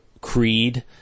Creed